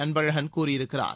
அன்பழகன் கூறியிருக்கிறார்